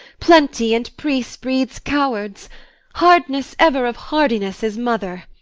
plenty and peace breeds cowards hardness ever of hardiness is mother.